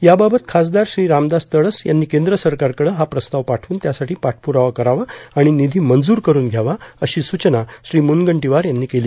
याबाबत खासदार श्री रामदास तडस यांनी केंद्र सरकारकडं हा प्रस्ताव पाठवून त्यासाठी पाठप्ररावा करावा आणि निधी मंजूर करून घ्यावा अशी सूचना श्री मुनगंटीवार यांनी केली